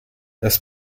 das